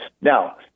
Now